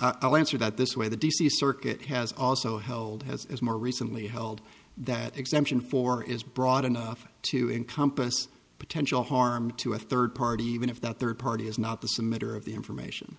i'll answer that this way the d c circuit has also held has more recently held that exemption for is broad enough to encompass potential harm to a third party even if that third party is not the scimitar of the information